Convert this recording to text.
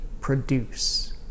produce